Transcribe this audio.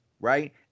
right